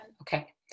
Okay